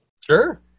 sure